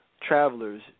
travelers